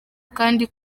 kandi